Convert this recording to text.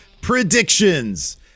predictions